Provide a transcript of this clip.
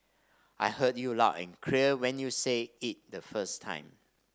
I heard you loud and clear when you said it the first time